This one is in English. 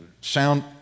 sound